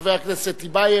חבר הכנסת רוברט טיבייב,